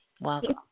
Welcome